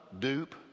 dupe